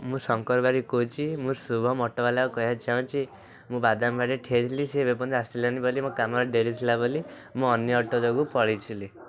ମୁଁ ଶଙ୍କର ବାରିକ୍ କହୁଛି ମୁଁ ଶୁଭମ ଅଟୋବାଲାକୁ କହିବାକୁ ଚାହୁଁଛି ମୁଁ ବାଦାମବାଡ଼ି ଠିଆହେଇଥିଲି ସେ ଏପର୍ଯ୍ୟନ୍ତ ଆସିଲାନି ବୋଲି ମୋ କାମରେ ଡ଼େରି ଥିଲା ବୋଲି ମୁଁ ଅନ୍ୟ ଅଟୋ ଯୋଗୁ ପଳେଇଥିଲି